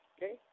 Okay